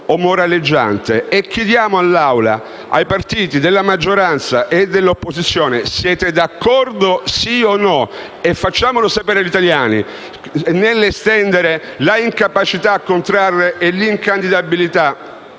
e chiediamo all'Aula, ai partiti della maggioranza e dell'opposizione: siete d'accordo sì o no - e facciamolo sapere agli italiani - ad estendere l'incapacità a contrarre, l'incandidabilità